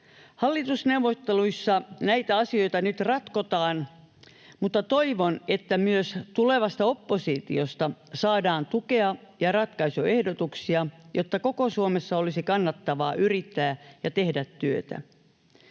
Hallitusneuvotteluissa näitä asioita nyt ratkotaan, mutta toivon, että myös tulevasta oppositiosta saadaan tukea ja ratkaisuehdotuksia, jotta koko Suomessa olisi kannattavaa yrittää ja tehdä työtä.